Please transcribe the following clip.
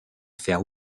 faire